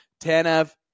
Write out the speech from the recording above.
Tanev